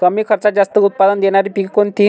कमी खर्चात जास्त उत्पाद देणारी पिके कोणती?